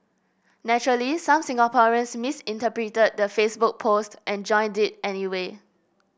naturally some Singaporeans misinterpreted the Facebook post and joined it anyway